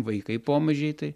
vaikai pomažiai tai